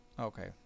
Okay